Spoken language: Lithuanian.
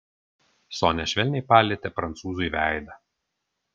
sonia švelniai palietė prancūzui veidą